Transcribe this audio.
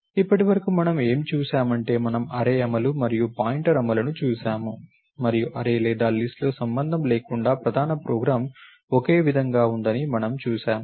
ఇప్పటివరకు మనము ఏమి చూసామంటే మనము అర్రే అమలు మరియు పాయింటర్ అమలును చూశాము మరియు అర్రే లేదా లిస్ట్ తో సంబంధం లేకుండా ప్రధాన ప్రోగ్రామ్ ఒకే విధంగా ఉందని మనము చూశాము